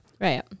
Right